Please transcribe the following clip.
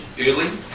early